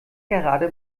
gerade